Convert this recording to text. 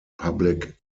public